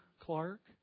Clark